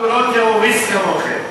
גם אתה יודע